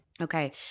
Okay